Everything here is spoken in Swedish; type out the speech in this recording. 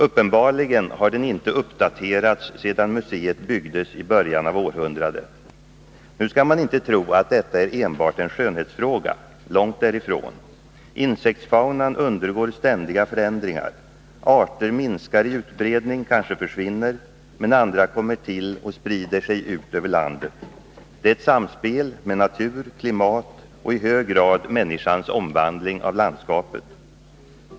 Uppenbarligen har den inte uppdaterats sedan museet byggdes i början av århundradet. Nu skall man inte tro att detta är enbart en skönhetsfråga — långt därifrån. Insektsfaunan undergår ständiga förändringar. Arter minskar i utbredning, kanske försvinner. Men andra kommer till och sprider sig ut över landet. Det är ett samspel med natur, klimat och i hög grad människans omvandling av landskapet.